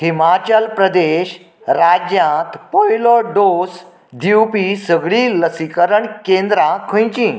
हिमाचल प्रदेश राज्यांत पयलो डोस दिवपी सगळीं लसीकरण केंद्रां खंयचीं